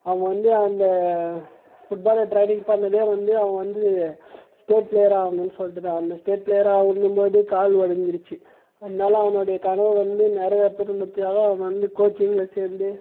அவன் வந்து அந்த ஃபுட்பாலு ட்ரைனிங் பண்ணதே வந்து அவன் வந்து ஸ்டேட் ஃபிளேயராக ஆவணுன்னு சொல்லிட்டுதான் அந்த ஸ்டேட் பிளேயர் ஆவணுன்னும்போது கால் உடஞ்சிருச்சி அதனால் அவனுடைய கனவு வந்து நிறவேத்தணுன்றதுக்காக அவன் வந்து கோச்சிங்கில் சேர்ந்து